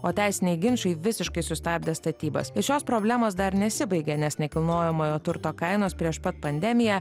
o teisiniai ginčai visiškai sustabdė statybas ir šios problemos dar nesibaigė nes nekilnojamojo turto kainos prieš pat pandemiją